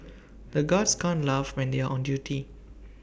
the guards can't laugh when they are on duty